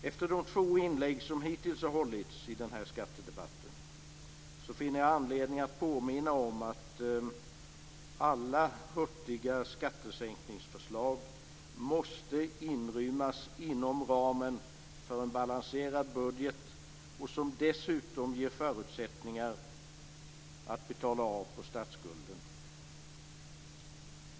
Efter de två inlägg som hittills har hållits i den här skattedebatten finner jag anledning att påminna om att alla hurtiga skattesänkningsförslag måste inrymmas inom ramen för en balanserad budget som dessutom ger förutsättningar att betala av på statsskulden.